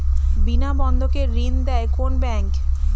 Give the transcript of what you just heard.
বিনা বন্ধকে ঋণ দেয় কোন ব্যাংক?